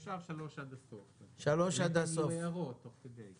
אפשר 3 עד הסוף ואם יהיו הערות תוך כדי.